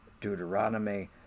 Deuteronomy